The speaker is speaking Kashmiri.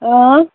اۭں